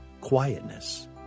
quietness